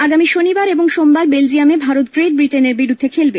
আগামী শনিবার এবং সোমবার বেলজিয়ামে ভারত ব্রিটেনের বিরুদ্ধে খেলবে